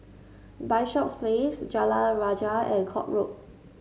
Bishops Place Jalan Rajah and Court Road